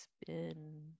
spin